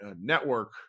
network